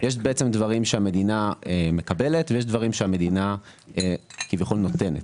יש בעצם דברים שהמדינה מקבלת ויש דברים שהמדינה כביכול נותנת.